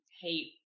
hate